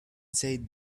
sat